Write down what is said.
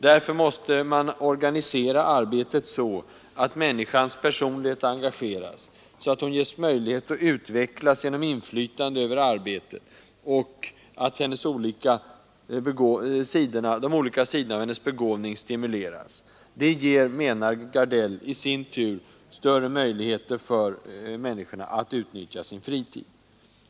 Därför måste man organisera arbetet så att människans personlighet engageras, så att vederbörande ges möjligheter att utvecklas genom inflytande över arbetet och så att de olika sidorna av människans begåvning stimuleras. Det ger, menar Gardell, i sin tur större möjligheter för människan att utnyttja sin fritid.